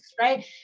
right